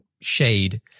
shade